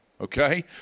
Okay